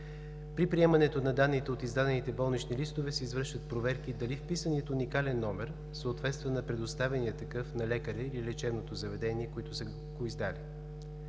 При приемането на данните от издадените болнични листове се извършват проверки дали вписаният уникален номер съответства на предоставения такъв на лекаря или лечебното заведение, които са го издали.